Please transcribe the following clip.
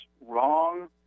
wrong